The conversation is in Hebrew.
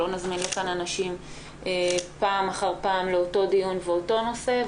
שלא נזמין לכאן אנשים פעם אחר פעם לאותו דיון ואותו נושא.